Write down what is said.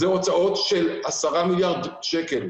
אלה הוצאות של 10 מיליארד שקלים.